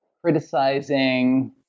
Criticizing